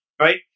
Right